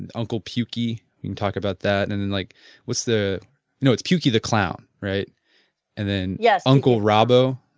and uncle pukie, you can talk about that and then like was the you know its pukie, the clown, right and then yeah uncle rhabdo